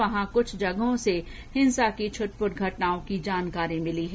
वहां कुछ जगहों से हिंसा की छिटपुट घटनाओं की जानकारी मिली है